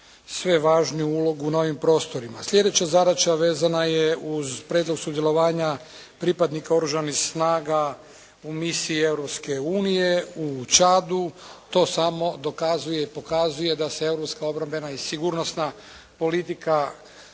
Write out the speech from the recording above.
sve važniju ulogu na ovim prostorima. Sljedeća zadaća vezana je uz prijedlog sudjelovanja pripadnika Oružanih snaga u misiji Europske unije u Čadu, to samo dokazuje i pokazuje da se europska